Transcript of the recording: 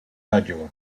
padua